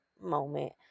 moment